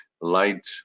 light